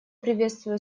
приветствую